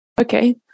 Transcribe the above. Okay